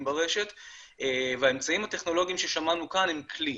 ברשת והאמצעים הטכנולוגיים ששמענו כאן הם כלי,